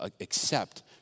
accept